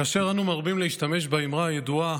כאשר אנו מרבים להשתמש באמרה הידועה